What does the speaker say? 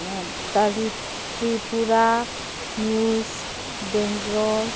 ꯀꯔꯤ ꯇ꯭ꯔꯤꯄꯨꯔꯥ ꯅꯤꯎꯁ ꯕꯦꯡꯒ꯭ꯂꯣꯔ